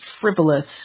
frivolous